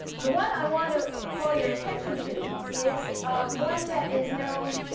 the one i want to call your attention to is one that is known